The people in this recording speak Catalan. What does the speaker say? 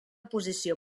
posició